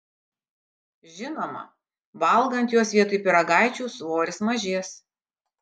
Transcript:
žinoma valgant juos vietoj pyragaičių svoris mažės